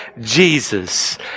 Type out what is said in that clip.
Jesus